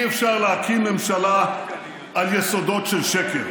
אי-אפשר להקים ממשלה על יסודות של שקר,